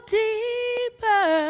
deeper